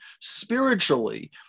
spiritually